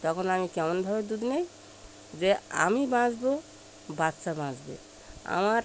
তখন আমি কেমনভাবে দুধ নিই যে আমি বাঁচব বাচ্চা বাঁচবে আমার